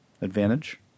advantage